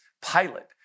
pilot